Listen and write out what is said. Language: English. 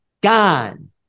gone